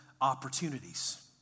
opportunities